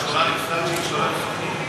קשורים למשרד שקשור לסוכנות.